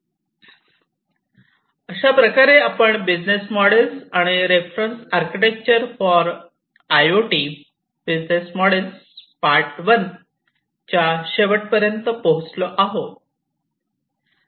अशाप्रकारे आपण business models and reference architecture for I O T business models part 1 च्या शेवट पर्यंत पोहोचलो आहोत